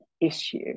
issue